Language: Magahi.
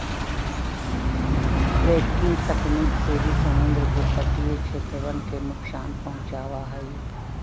ब्रेकिंग तकनीक से भी समुद्र के तटीय क्षेत्रवन के नुकसान पहुंचावा हई